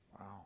Wow